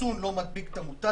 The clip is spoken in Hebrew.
החיסון לא מדביק את המוטציה.